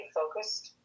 focused